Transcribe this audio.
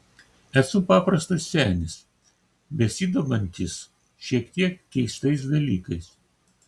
esu paprastas senis besidomintis šiek tiek keistais dalykais